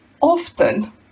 often